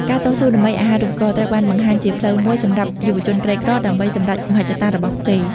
ការតស៊ូដើម្បីអាហារូបករណ៍ ត្រូវបានបង្ហាញជាផ្លូវមួយសម្រាប់យុវជនក្រីក្រដើម្បីសម្រេចមហិច្ឆតារបស់គេ។